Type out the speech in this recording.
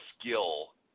skill